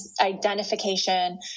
identification